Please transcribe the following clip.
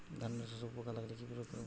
ধানের শোষক লাগলে কি প্রয়োগ করব?